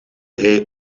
hij